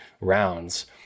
rounds